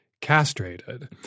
castrated